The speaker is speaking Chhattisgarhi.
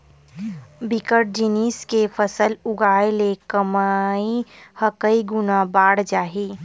बिकट जिनिस के फसल उगाय ले कमई ह कइ गुना बाड़ जाही